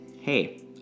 hey